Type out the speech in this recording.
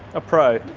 a pro.